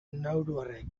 nauruarrek